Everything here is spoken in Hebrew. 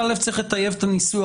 צריך לטייב את הניסוח,